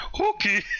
Okay